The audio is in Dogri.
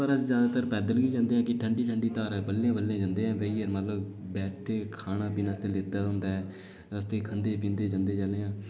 पर अस ज्यादातर पैद्दल गै जंदे कि ठंडी ठंडी धारें बल्लें बल्लें जंदे बेहियै मतलब बैठे खाना पीने आस्तै लैते दा होंदा ऐ रस्ते ई खंदे पींदे जंदे जिसलै जाना